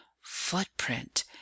Footprint